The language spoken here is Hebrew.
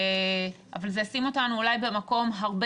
אבל זה ישים אותנו אולי במקום הרבה